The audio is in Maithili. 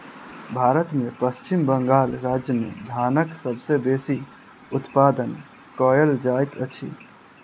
भारत में पश्चिम बंगाल राज्य में धानक सबसे बेसी उत्पादन कयल जाइत अछि